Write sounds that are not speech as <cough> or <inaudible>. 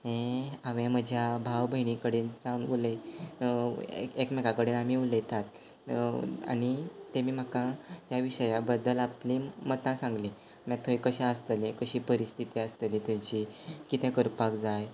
हें हांवें म्हज्या भाव भयणी कडेन <unintelligible> उलयन एकमेका कडेन आमी उलयतात आनी तेमी म्हाका हे विशया बद्दल आपलीं मतां सांगलीं मागीर थंय कशें आसतलें कशी परिस्थिती आसतली थंयची कितें करपाक जाय